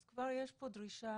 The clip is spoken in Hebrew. אז כבר יש פה דרישה